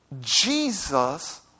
Jesus